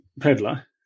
peddler